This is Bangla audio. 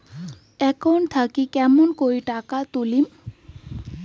একাউন্ট থাকি কেমন করি টাকা তুলিম?